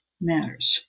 matters